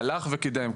הלך וקידם.